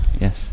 Yes